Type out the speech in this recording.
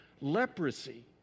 Leprosy